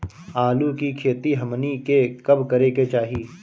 आलू की खेती हमनी के कब करें के चाही?